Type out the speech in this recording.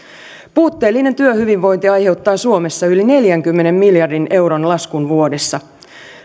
puutteellinen työhyvinvointi aiheuttaa suomessa yli neljänkymmenen miljardin euron laskun vuodessa